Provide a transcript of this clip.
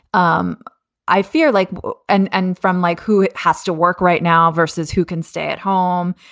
um i fear like and and from mike, who has to work right now versus who can stay at home.